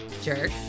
jerk